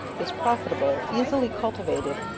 is profitable, easily cultivated,